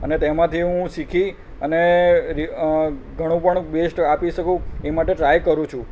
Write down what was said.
અને તેમાંથી હું શીખી અને ઘણું પણ બેસ્ટ આપી શકું એ માટે ટ્રાય કરું છું